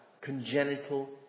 congenital